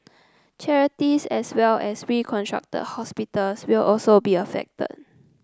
charities as well as restructured hospitals will also be affected